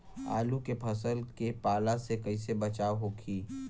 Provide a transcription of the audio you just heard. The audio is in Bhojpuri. आलू के फसल के पाला से कइसे बचाव होखि?